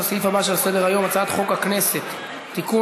לסעיף הבא שעל סדר-היום הצעת חוק הכנסת (תיקון,